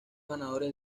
ganadores